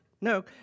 No